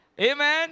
Amen